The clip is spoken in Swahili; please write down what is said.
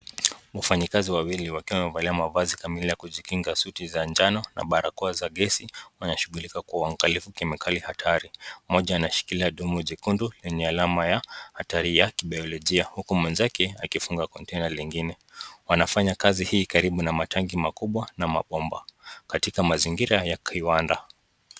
Wafanyikazi wawili wakiwa wamevaliaavazi kamili ya kujikinga, suti za njano na barakosa za gesi, wanashughulika kwa uangaligu na kemikali hatari, moja anashikilia dumu jekundu lenye alama ya hatari ha kibayoligia, huku mwenzake akifunga konteina lingine. Wanafanya kazi hii karibu na matanki makubwa na mabomba katika mazingira ya kiwanda.